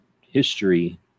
history